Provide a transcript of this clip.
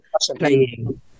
playing